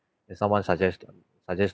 if someone suggest suggest